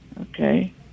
Okay